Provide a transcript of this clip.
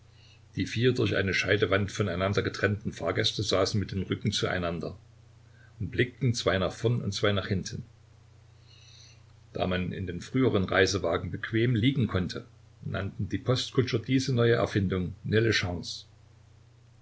die vier durch eine scheidewand voneinander getrennten fahrgäste saßen mit den rücken zueinander und blickten zwei nach vorn und zwei nach hinten da man in den früheren reisewagen bequem liegen konnte nannten die postkutscher diese neue erfindung